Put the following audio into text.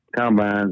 combines